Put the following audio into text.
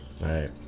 Right